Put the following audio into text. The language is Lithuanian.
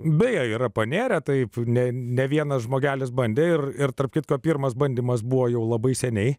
beje yra panėrę taip ne ne vienas žmogelis bandė ir ir tarp kitko pirmas bandymas buvo jau labai seniai